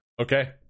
okay